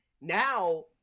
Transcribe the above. Now